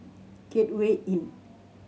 Gateway Inn